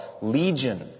Legion